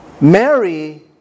Mary